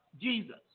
Jesus